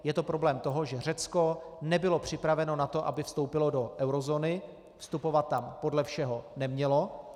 Je to problém toho, že Řecko nebylo připraveno na to, aby vstoupilo do eurozóny, vstupovat tam podle všeho nemělo.